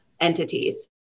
entities